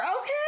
Okay